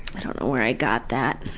i don't know where i got that.